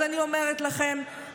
אז אני אומרת לכם,